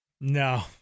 No